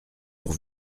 pour